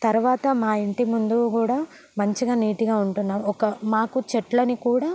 తరవాత మా ఇంటి ముందు కూడా మంచిగ నీట్గా ఉంటున్నాము ఒక మాకు చెట్లని కూడా